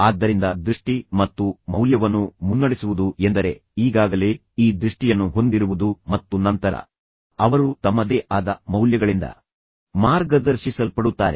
ಆದ್ದರಿಂದ ದೃಷ್ಟಿ ಮತ್ತು ಮೌಲ್ಯವನ್ನು ಮುನ್ನಡೆಸುವುದು ಎಂದರೆ ಈಗಾಗಲೇ ಈ ದೃಷ್ಟಿಯನ್ನು ಹೊಂದಿರುವುದು ಮತ್ತು ನಂತರ ಅವರು ತಮ್ಮದೇ ಆದ ಮೌಲ್ಯಗಳಿಂದ ಮಾರ್ಗದರ್ಶಿಸಲ್ಪಡುತ್ತಾರೆ